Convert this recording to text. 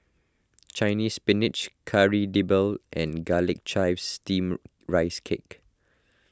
Chinese Spinach Kari Debal and Garlic Chives Steamed Rice Cake